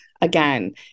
again